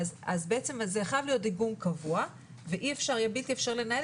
אז בעצם זה חייב להיות דיגום קבוע ובלתי אפשרי יהיה לנהל